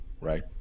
right